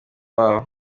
babo